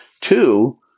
Two